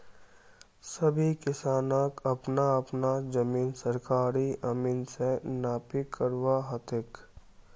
सभी किसानक अपना अपना जमीन सरकारी अमीन स नापी करवा ह तेक